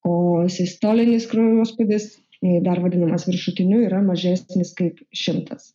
o sistolinis kraujospūdis jei dar vadinamas viršutiniu yra mažesnis kaip šimtas